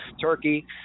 turkey